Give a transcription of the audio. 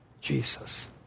Jesus